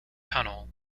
tunnel